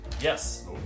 Yes